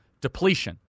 depletion